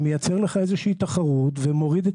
זה מייצר לך איזושהי תחרות ומוריד את